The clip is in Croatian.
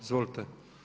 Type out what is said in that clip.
Izvolite.